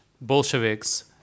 Bolsheviks